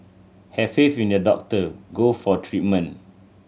have faith in your doctor go for treatment